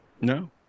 No